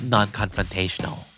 Non-confrontational